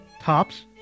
tops